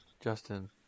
Justin